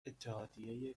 اتحادیه